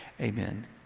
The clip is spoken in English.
amen